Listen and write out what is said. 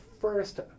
first